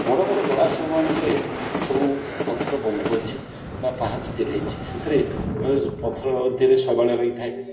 ବଡ଼ ବଡ଼ ଜଳାଶୟମାନଙ୍କରେ ସବୁ ପଥରବନ୍ଧ ଅଛି ବା ପାହାଚ ତିଆରି ହେଇଛି ସେଥିରେ ବହୁତ ପଥର ତିଆରି ଶୈବାଳ ଲାଗିଥାଏ